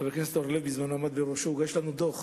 שחבר הכנסת אורלב בזמנו עמד בראשה, הוגש לנו דוח